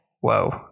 whoa